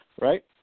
right